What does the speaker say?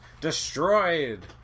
destroyed